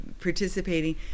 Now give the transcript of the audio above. participating